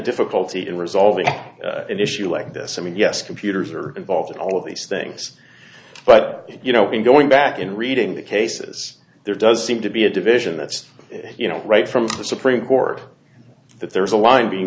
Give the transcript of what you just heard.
difficulty in resolving an issue like this i mean yes computers are involved in all of these things but you know in going back and reading the cases there does seem to be a division that's you know right from the supreme court that there's a line being